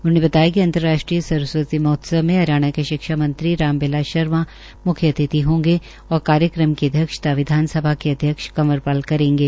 उन्होंने बताया कि अंतराष्ट्रीय सरस्वती महोत्सव में हरियाणा के शिक्षा मंत्री राम बिलास शर्मा मुख्य अतिथि होंगे और कार्यक्रम की अध्यक्षता विधानसभा के अध्यक्ष कंवर पाल करेंगे